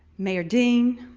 mayor dean,